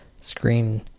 screen